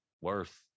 worth